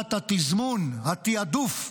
שאלת התזמון, התיעדוף.